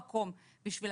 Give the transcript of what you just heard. משהו: